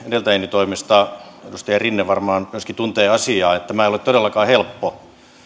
toimesta myöskin edustaja rinne varmaan tuntee asiaa ja tämä ei ole todellakaan helppo